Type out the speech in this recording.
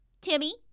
Timmy